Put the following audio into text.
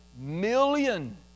million